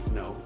no